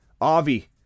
Avi